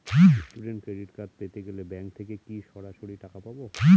Student credit card পেতে গেলে bank থেকে কি সরাসরি টাকা পাবো?